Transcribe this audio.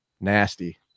nasty